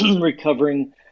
recovering